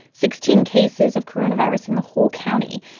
sixteen cases of coronavirus in the whole county.